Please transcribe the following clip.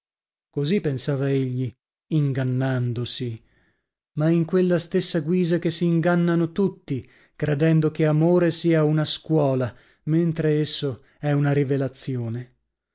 così pensava egli ingannandosi ma in quella stessa guisa che si ingannano tutti credendo che amore sia una scuola mentre esso è una rivelazione